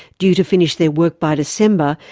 due to finish their work by december,